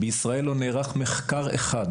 בישראל לא נערך מחקר אחד